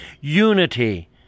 unity